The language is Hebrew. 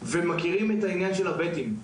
ומכירים את ה"בטים".